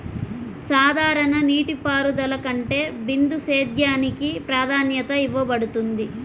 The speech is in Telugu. సాధారణ నీటిపారుదల కంటే బిందు సేద్యానికి ప్రాధాన్యత ఇవ్వబడుతుంది